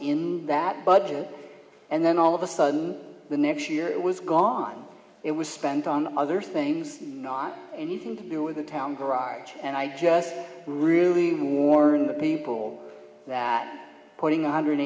in that budget and then all of a sudden the next year it was gone it was spent on other things not anything to do with the town garage and i just really warn the people that putting one hundred